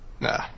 Nah